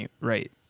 Right